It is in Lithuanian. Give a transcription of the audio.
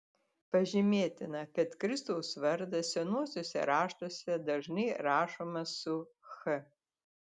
pažymėtina kad kristaus vardas senuosiuose raštuose dažnai rašomas su ch